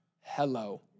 Hello